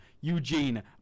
Eugene